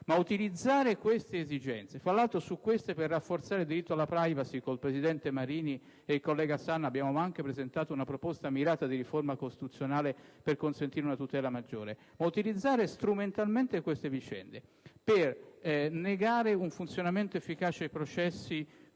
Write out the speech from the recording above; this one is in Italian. dal segreto istruttorio. Tra l'altro, per rafforzare il diritto alla *privacy* con il presidente Marini e il collega Sanna abbiamo anche presentato una proposta mirata di riforma costituzionale per consentire una tutela maggiore. Tuttavia, utilizzare strumentalmente queste vicende per negare un funzionamento efficace dei processi